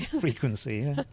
frequency